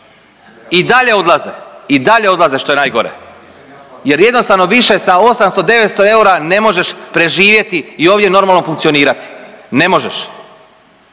I dalje odlaze i dalje odlaze, što je najgore jer jednostavno više sa 800, 900 eura ne možeš preživjeti i ovdje normalno funkcionirati. Ne možeš.